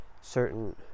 certain